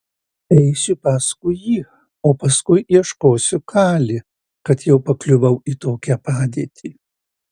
eisiu paskui jį o paskui ieškosiu kali kad jau pakliuvau į tokią padėtį